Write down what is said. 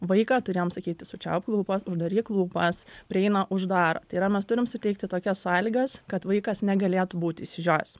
vaiką turi jam sakyti sučiaupk lūpas uždaryk lūpas prieina uždaro tai yra mes turim suteikti tokias sąlygas kad vaikas negalėtų būti išsižiojęs